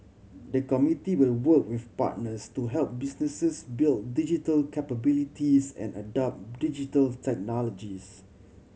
the committee will work with partners to help businesses build digital capabilities and adopt Digital Technologies